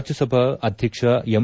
ರಾಜ್ಙಸಭಾ ಅಧ್ಯಕ್ಷ ಎಂ